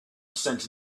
cent